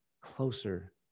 closer